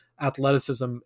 athleticism